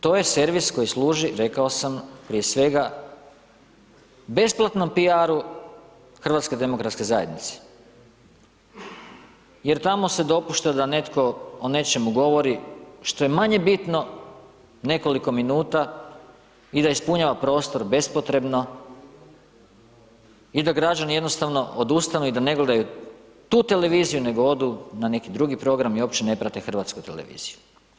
To je servis koji služi rekao sam prije svega besplatnom piaru HDZ-a, jer tamo se dopušta da netko o nečemu govori što je manje bitno nekoliko minuta i da ispunjava prostor bespotrebno i da građani jednostavno odustanu i da ne gledaju tu televiziju nego odu na neki drugi program i uopće ne prate hrvatsku televiziju.